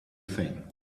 thing